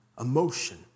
emotion